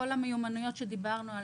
כל המיומנויות שדיברנו עליהן,